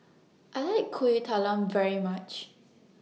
I like Kuih Talam very much